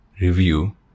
review